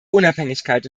unabhängigkeit